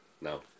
No